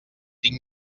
tinc